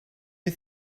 you